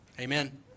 Amen